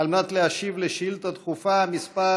על מנת להשיב על שאילתה דחופה מס'